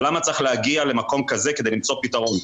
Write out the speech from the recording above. אבל למה צריך להגיע למקום כזה כדי למצוא פתרון?